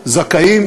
זכאים,